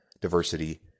Diversity